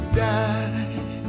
die